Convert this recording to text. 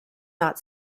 not